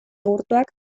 egurtuak